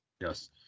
Yes